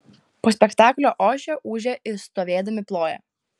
po spektaklio ošia ūžia ir stovėdami ploja